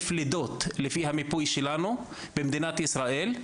לידות לפי המיפוי שלנו במדינת ישראל,